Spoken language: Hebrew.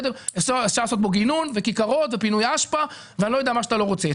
אפשר לעשות בו גינון וכיכרות ופינוי אשפה ומה שאתה לא רוצה.